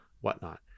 whatnot